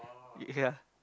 ya